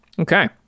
Okay